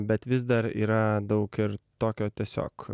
bet vis dar yra daug ir tokio tiesiog